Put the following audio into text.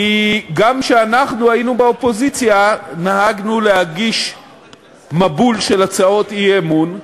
כי גם כשאנחנו היינו באופוזיציה נהגנו להגיש מבול של הצעות אי-אמון,